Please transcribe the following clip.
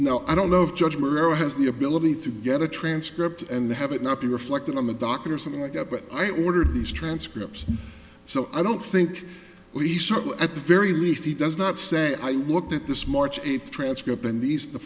no i don't know of judge maria has the ability to get a transcript and have it not be reflected on the docket or something like that but i ordered these transcripts so i don't think we saw at the very least he does not say i looked at this march eighth transcript in these the